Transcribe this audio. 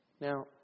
Now